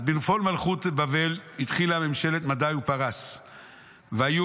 אז "בנפול מלכות בבל התחילה ממשלת מדי ופרס והיו"